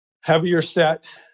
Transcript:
heavier-set